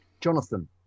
Jonathan